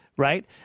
Right